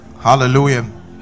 Hallelujah